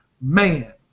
man